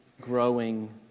growing